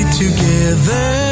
together